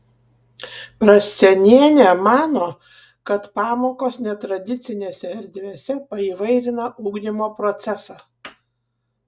prascienienė mano kad pamokos netradicinėse erdvėse paįvairina ugdymo procesą